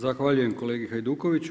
Zahvaljujem kolegi Hajdukoviću.